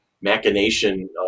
machination